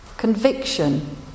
Conviction